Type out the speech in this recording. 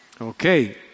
Okay